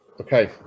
okay